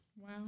Wow